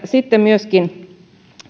sitten myöskin